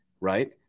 Right